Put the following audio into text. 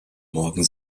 morgen